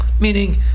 meaning